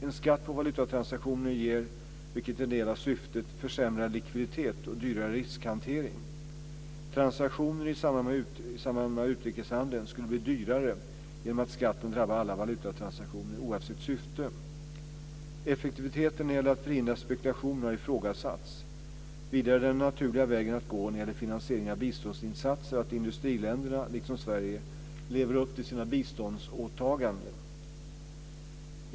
En skatt på valutatransaktioner ger, vilket är en del av syftet, försämrad likviditet och dyrare riskhantering. Transaktioner i samband med utrikeshandel skulle bli dyrare genom att skatten drabbar alla valutatransaktioner oavsett syfte. Effektiviteten när det gäller att förhindra spekulation har ifrågasatts. Vidare är den naturliga vägen att gå när det gäller finansiering av biståndsinsatser att industriländerna - liksom Sverige - lever upp till sina biståndsåtaganden.